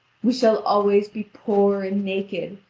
we shall always be poor and naked,